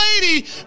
Lady